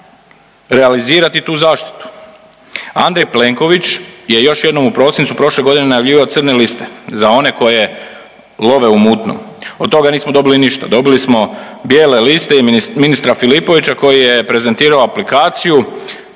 realizirati tu zaštitu. Andrej Plenković je još jednom u prosincu prošle godine najavljivao crne liste za one koji love u mutnom. Od toga nismo dobili ništa. Dobili smo bijele liste i ministra Filipovića koji je prezentirao aplikaciju